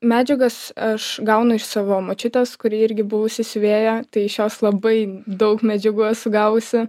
medžiagas aš gaunu iš savo močiutės kuri irgi buvusi siuvėja tai iš jos labai daug medžiagų esu gavusi